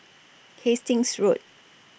Hastings Road